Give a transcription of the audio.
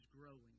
growing